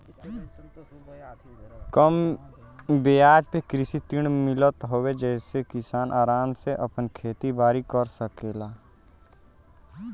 कम बियाज पे कृषि ऋण मिलत हौ जेसे किसान आराम से आपन खेती बारी कर सकेलन